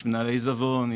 יש מנהלי עיזבון,